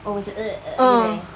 oh macam gitu eh